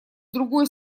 другой